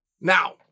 Now